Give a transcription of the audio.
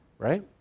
Right